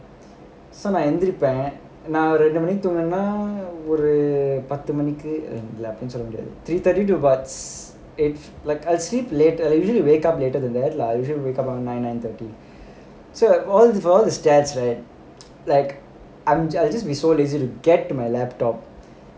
so நான் எந்திரிப்பேன் நான் ஒரு ரெண்டு மணிக்கு தூங்குனேன் னா ஒரு பத்து மணிக்கு அப்டினு சொல்ல முடியாது:naan enthirippaen naan oru rendu manikku thoongunennaa oru pathu manikku apdinu solla mudiyaathu three thirty to bath it's like I would sleep late I usually wake up later than that lah I usually wake up nine nine thirty so for the stats right like I'm just I will just be so lazy to get to my laptop